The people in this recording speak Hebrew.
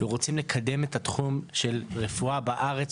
ורוצים לקדם את התחום של רפואה בארץ,